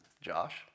Josh